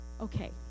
Okay